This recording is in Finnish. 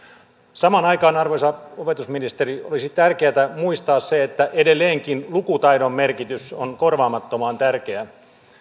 samaan aikaan arvoisa opetusministeri olisi tärkeätä muistaa se että edelleenkin lukutaidon merkitys on korvaamattoman tärkeä